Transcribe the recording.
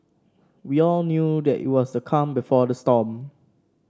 we all knew that it was the calm before the storm